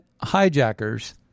hijackers